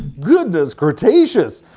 goodness cretaceous!